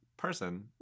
person